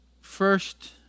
first